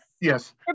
Yes